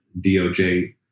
DOJ